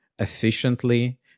efficiently